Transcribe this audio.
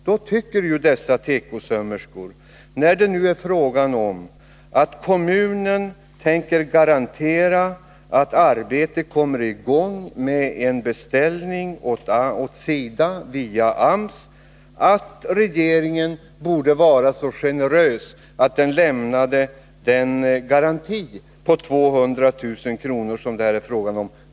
Dessa tekosömmerskor tycker att regeringen, när det nu är fråga om att kommunen tänker garantera att arbete kommer i gång med en beställning åt SIDA via AMS, borde vara så generös att den lämnade den garanti på 200 000 kr.